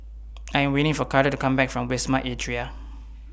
I'm waiting For Carter to Come Back from Wisma Atria